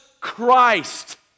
Christ